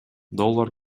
доллар